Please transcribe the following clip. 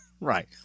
Right